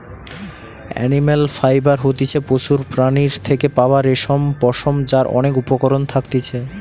animal fibre হতিছে পশুর প্রাণীর থেকে পাওয়া রেশম, পশম যার অনেক উপকরণ থাকতিছে